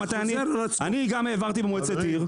אני גם העברתי במועצת עיר,